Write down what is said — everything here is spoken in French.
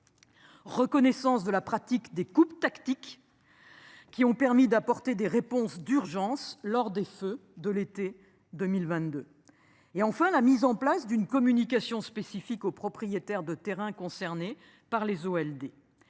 Reconnaissance de la pratique des coupes tactique. Qui ont permis d'apporter des réponses d'urgence, lors des feux de l'été 2022 et enfin la mise en place d'une communication spécifique aux propriétaires de terrain concernés par les eaux